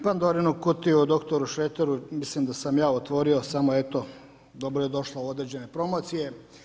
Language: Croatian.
Pandorinu kutiju o dr. Šreteru mislim da sam ja otvorio, samo eto dobro je došla u određene promocije.